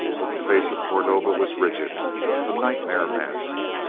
but the face of cordova was rigid a nightmare mask!